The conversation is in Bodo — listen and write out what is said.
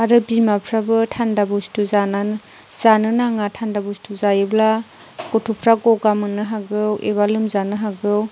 आरो बिमाफोराबो थान्दा बुस्थु जानो नाङा थान्दा बुस्थु जायोब्ला गथ'फोरा गगा मोननो हागौ एबा लोमजानो हागौ